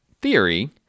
theory